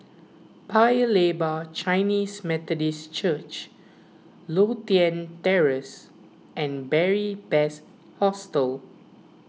Paya Lebar Chinese Methodist Church Lothian Terrace and Beary Best Hostel